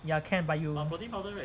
ya can but you